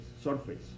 surface